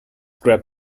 grab